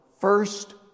first